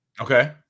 Okay